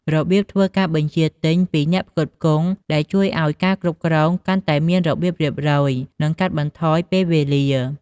របៀបធ្វើការបញ្ជាទិញពីអ្នកផ្គត់ផ្គង់ ដែលជួយឱ្យការគ្រប់គ្រងកាន់តែមានរបៀបរៀបរយ និងកាត់បន្ថយពេលវេលា។